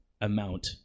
amount